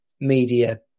media